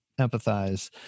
empathize